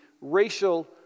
racial